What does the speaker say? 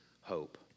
hope